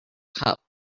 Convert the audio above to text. cup